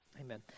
Amen